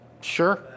Sure